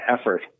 effort